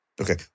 Okay